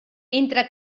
entre